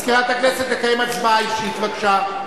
מזכירת הכנסת תקיים הצבעה אישית, בבקשה.